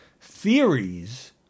theories